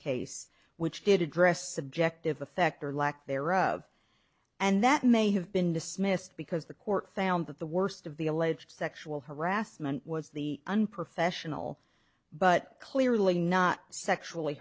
case which did address subjective effect or lack thereof and that may have been dismissed because the court found that the worst of the alleged sexual harassment was the unprofessional but clearly not sexually